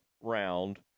round